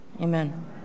Amen